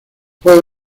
fue